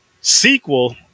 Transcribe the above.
Sequel